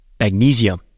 magnesium